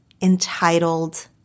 entitled